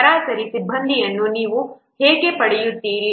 ಸರಾಸರಿ ಸಿಬ್ಬಂದಿಯನ್ನು ನೀವು ಹೇಗೆ ಪಡೆಯುತ್ತೀರಿ